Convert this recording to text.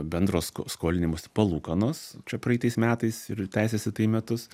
bendro sk skolinimosi palūkanos čia praeitais metais ir tęsėsi tai metus